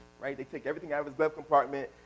right, they took everything out of his glove compartment,